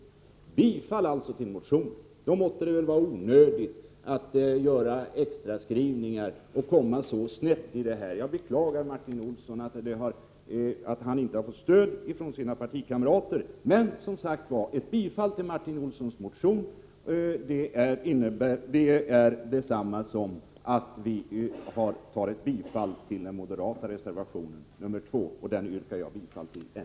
Det borde vara onödigt att göra extra skrivningar och komma snett i detta ärende. Jag beklagar att Martin Olsson inte har fått stöd från sina partikamrater i utskottet. Men, som sagt, ett bifall till den moderata reservationen 2 är detsamma som ett bifall också till Martin Olssons motion.